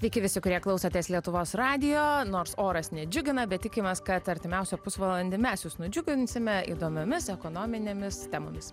taigi visi kurie klausotės lietuvos radijo nors oras nedžiugina bet tikimės kad artimiausią pusvalandį mes juos nudžiuginsime įdomiomis ekonominėmis temomis